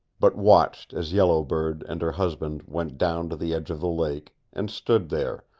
but watched as yellow bird and her husband went down to the edge of the lake, and stood there,